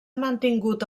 mantingut